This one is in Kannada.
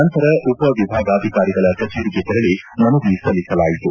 ನಂತರ ಉಪವಿಭಾಗಾಧಿಕಾರಿಗಳ ಕಚೇರಿಗೆ ತೆರಳಿ ಮನವಿ ಸಲ್ಲಿಸಲಾಯಿತು